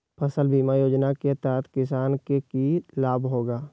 फसल बीमा योजना के तहत किसान के की लाभ होगा?